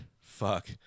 Fuck